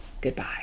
goodbye